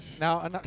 Now